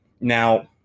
now